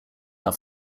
that